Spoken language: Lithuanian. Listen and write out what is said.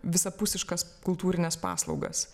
visapusiškas kultūrines paslaugas